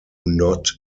not